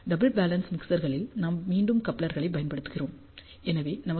double balance மிக்சர்களில் நாம் மீண்டும் கப்ளர்களைப் பயன்படுத்துகிறோம் எனவே நமக்கு நல்ல வி